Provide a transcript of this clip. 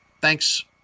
thanks